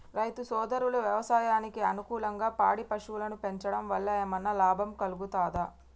రైతు సోదరులు వ్యవసాయానికి అనుకూలంగా పాడి పశువులను పెంచడం వల్ల ఏమన్నా లాభం కలుగుతదా?